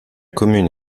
commune